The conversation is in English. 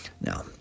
Now